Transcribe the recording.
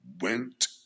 went